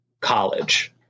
College